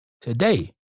today